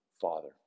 Father